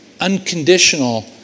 unconditional